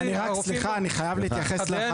סליחה אני חייב להתייחס לאחת